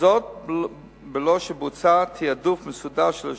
וזאת בלא שבוצע תעדוף מסודר של השירותים,